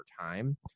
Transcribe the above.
time